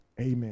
Amen